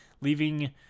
leaving